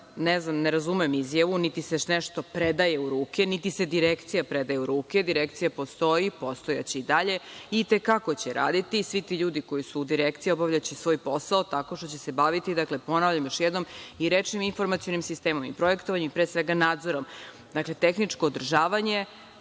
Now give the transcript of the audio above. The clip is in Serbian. ne razumem izjavu. Niti se nešto predaje u ruke, niti se Direkcija predaje u ruke. Direkcija postoji, postojaće i dalje i te kako će raditi. Svi ti ljudi koji su u Direkciji obavljaće svoj posao tako što će se baviti, ponavljam još jedom i rečnim informacionim sistemom i projektovanjem i pre svega nadzorom. Dakle, tehničko održavanje,